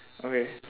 okay